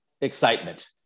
excitement